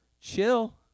Chill